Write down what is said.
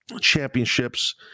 championships